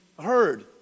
heard